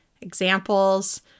examples